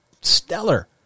stellar